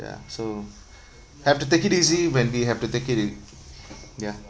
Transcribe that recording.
ya so have to take it easy when we have to take it e~ ya